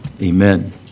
Amen